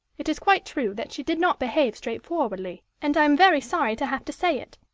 it is quite true that she did not behave straightforwardly, and i am very sorry to have to say it.